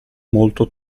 molto